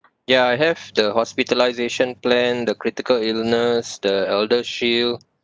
ya I have the hospitalisation plan the critical illness the ElderShield